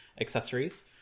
accessories